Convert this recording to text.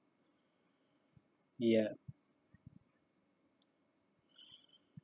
ya